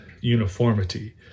uniformity